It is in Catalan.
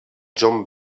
john